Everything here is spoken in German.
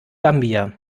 gambia